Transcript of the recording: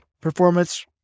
performance